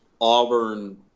Auburn